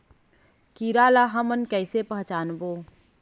कीरा ला हमन कइसे पहचानबो?